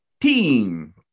Team